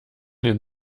den